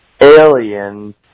alien